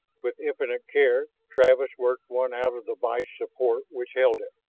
with infinite care travis worked one out of the vise-support which held it.